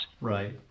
Right